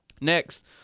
Next